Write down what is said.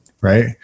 right